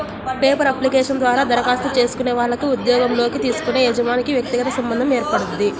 paper application ద్వారా దరఖాస్తు చేసుకునే వాళ్లకి ఉద్యోగంలోకి తీసుకునే యజమానికి వ్యక్తిగత సంబంధం ఏర్పడుద్ది